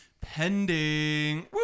Pending